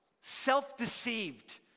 self-deceived